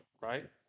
right